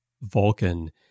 Vulcan